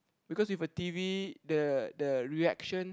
because with a T_V the the reaction